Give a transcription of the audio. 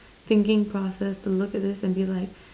thinking process to look at this and be like